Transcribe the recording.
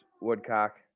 woodcock